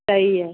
सही है